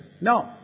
No